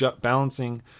balancing